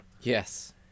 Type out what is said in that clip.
Yes